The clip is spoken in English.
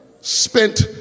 Spent